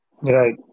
right